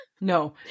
no